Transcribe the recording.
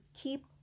keep